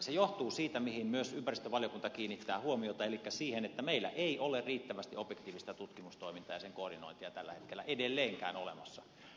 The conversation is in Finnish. se johtuu siitä mihin myös ympäristövaliokunta kiinnittää huomiota elikkä siitä että meillä ei ole riittävästi objektiivista tutkimustoimintaa ja sen koordinointia tällä hetkellä edelleenkään olemassa